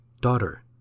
Daughter